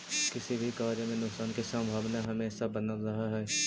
किसी भी कार्य में नुकसान की संभावना हमेशा बनल रहअ हई